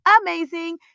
amazing